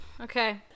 Okay